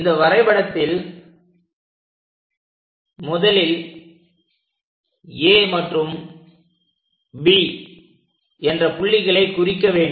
இந்த வரைபடத்தில் முதலில் A மற்றும் B என்ற புள்ளிகளை குறிக்க வேண்டும்